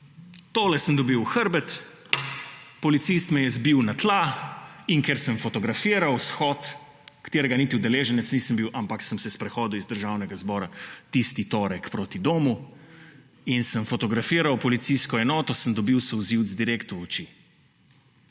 Tole sem dobil v hrbet, policist me je zbil na tla. In ker sem fotografiral shod, katerega niti udeleženec nisem bil, ampak sem se sprehodil iz Državnega zbora tisti torek proti domu in sem fotografiral policijsko enoto, sem dobil solzivec direkt v oči.